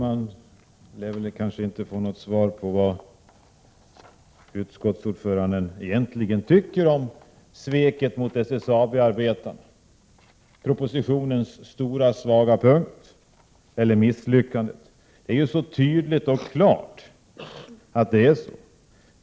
Herr talman! Jag lär inte få något svar på vad utskottets ordförande egentligen tycker om sveket mot SSAB-arbetarna — propositionens stora svaga punkt — där misslyckandet är så tydligt och klart.